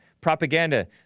propaganda